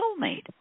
soulmate